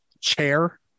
chair